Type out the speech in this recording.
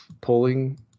pulling